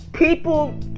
People